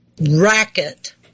racket